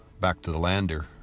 back-to-the-lander